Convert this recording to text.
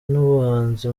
n’ubuhanzi